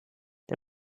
der